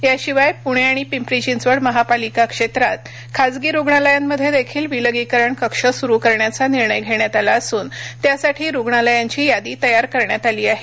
या शिवाय पुणे आणि पिंपरी चिंचवड महापालिका क्षेत्रात खाजगी रुग्णालयांमध्येदेखील विलगीकरण कक्ष सुरु करण्याचा निर्णय घेण्यात आला असून त्या साठी रुग्णालयांची यादी तयार करण्यात आली आहे